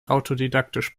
autodidaktisch